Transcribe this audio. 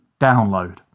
download